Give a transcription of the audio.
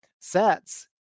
sets